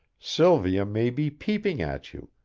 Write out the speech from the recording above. sylvia may be peeping at you,